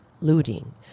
looting